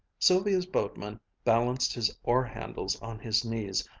sylvia's boatman balanced his oar-handles on his knees,